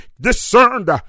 discerned